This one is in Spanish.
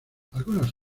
algunos